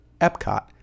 EPCOT